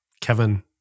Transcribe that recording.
Kevin